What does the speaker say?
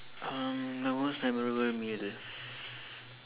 um the most memorable meal is